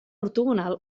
ortogonal